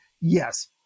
Yes